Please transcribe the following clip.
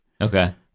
okay